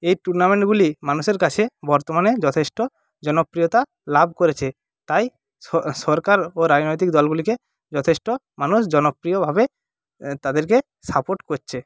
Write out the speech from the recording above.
এই টুর্নামেন্টগুলি মানুষের কাছে বর্তমানে যথেষ্ট জনপ্রিয়তা লাব করেছে তাই স সরকার ও রাজনৈতিক দলগুলিকে যথেষ্ট মানুষ জনপ্রিয়ভাবে তাদেরকে সাপোর্ট করছে